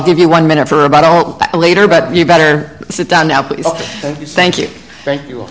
give you one minute for about later but you better sit down now and you thank you